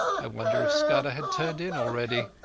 i wondered if scudder had turned in already.